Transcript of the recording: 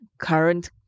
current